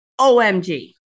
OMG